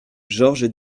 georges